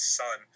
son